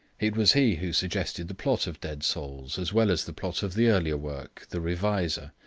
it was he who suggested the plot of dead souls as well as the plot of the earlier work the revisor,